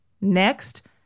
Next